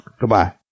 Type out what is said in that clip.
goodbye